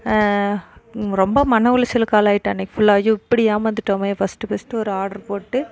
ரொம்ப மன உளைச்சலுக்கு ஆளாகிட்டேன் அன்னைக்கு ஃபுல்லா ஐயோ இப்படி ஏமாந்துட்டோமே ஃபஸ்ட்டு ஃபஸ்ட்டு ஒரு ஆட்ரு போட்டு